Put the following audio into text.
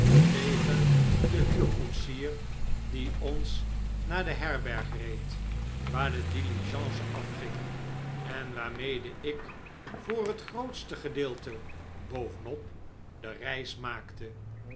tegen den huurkoetsier die ons naar de herberg reed waar de diligence afging en waarmede ik poor het grootste gedeelte bovenop de reis maakte